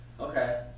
Okay